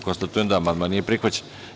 Konstatujem da amandman nije prihvaćen.